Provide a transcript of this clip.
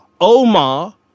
omar